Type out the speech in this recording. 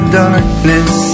darkness